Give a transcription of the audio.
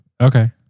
Okay